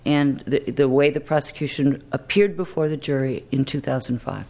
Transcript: and the way the prosecution appeared before the jury in two thousand